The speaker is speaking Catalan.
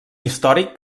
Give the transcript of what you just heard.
històric